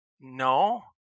no